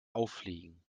auffliegen